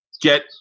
get